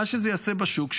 מה שזה יעשה בשוק,